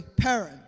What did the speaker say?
parent